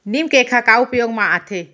नीम cake ह का उपयोग मा आथे?